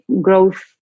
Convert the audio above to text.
growth